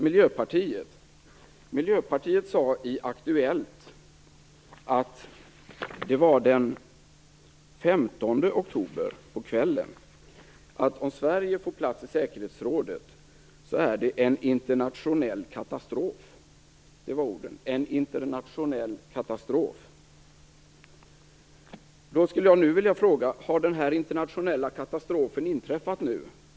Miljöpartiet sade på kvällen den 15 oktober i Aktuellt att om Sverige får plats i säkerhetsrådet är det en internationell katastrof. Därför skulle jag vilja fråga: Har den internationella katastrofen nu inträffat?